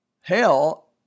hell